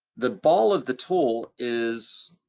the ball of the tool is